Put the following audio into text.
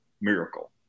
miracle